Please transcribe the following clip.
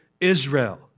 Israel